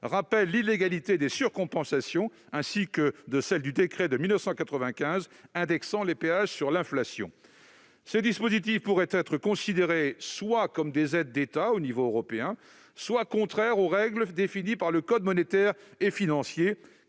rappellent l'illégalité des surcompensations ainsi que celle du décret de 1995 indexant les péages sur l'inflation. Ces dispositifs pourraient être considérés soit comme des aides d'État au sens du droit européen, soit comme contraires aux règles définies par le code monétaire et financier,